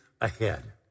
ahead